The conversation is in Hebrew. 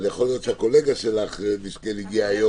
תודה רבה לכולם, הישיבה נעולה.